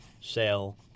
Sale